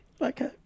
Okay